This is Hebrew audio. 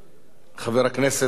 חבר הכנסת דב חנין.